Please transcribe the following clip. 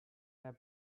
their